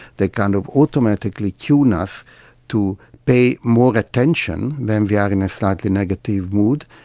they kind of automatically tune us to pay more attention when we are in a slightly negative mood,